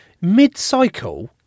Mid-cycle